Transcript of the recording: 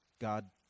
God